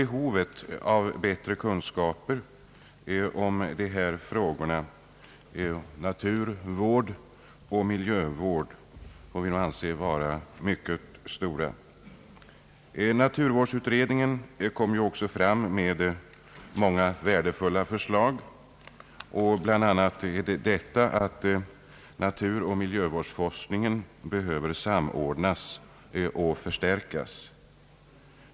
Behovet av bättre kunskaper när det gäller naturoch miljövård måste anses mycket stort. Naturvårdsutredningen har framlagt många värdefulla förslag och bl.a. framhållit att naturoch miljövårdsforskningen behöver samordnas och förstärkas.